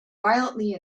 violently